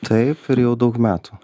taip ir jau daug metų